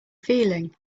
feeling